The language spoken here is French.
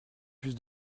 plus